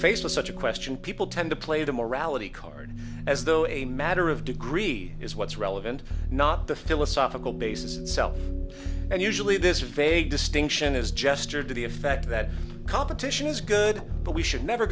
faced with such a question people tend to play the morality card as though a matter of degree is what's relevant not the philosophical basis itself and usually this vague distinction is gesture to the effect that competition is good but we should never